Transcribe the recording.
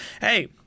hey